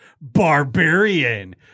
Barbarian